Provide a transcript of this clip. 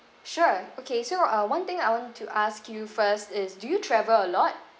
sure okay so uh one thing I want to ask you first is do you travel a lot